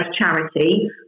charity